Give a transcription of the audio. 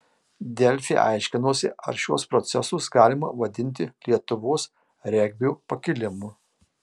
delfi aiškinosi ar šiuos procesus galima vadinti lietuvos regbio pakilimu